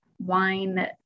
wine